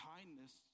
Kindness